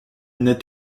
n’est